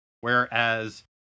whereas